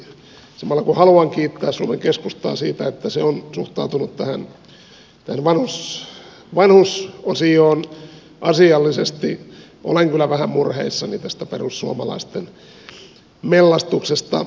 samalla kun haluan kiittää suomen keskustaa siitä että se on suhtautunut tämän vanhusosioon asiallisesti olen kyllä vähän murheissani tästä perussuomalaisten mellastuksesta